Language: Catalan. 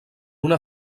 una